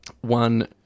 One